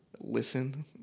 listen